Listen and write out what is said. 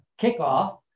kickoff